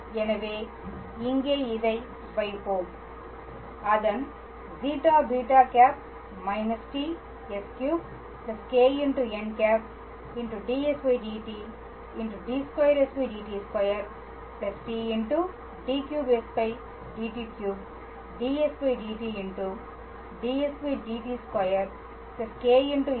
எனவே இங்கே இதை வைப்போம் அதன் ζb̂ t s3 κn̂ dsdt d2sdt2 t d3sdt3 2κn̂ ds dt ds2 dt2 κn̂s3